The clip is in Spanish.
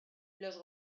los